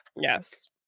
yes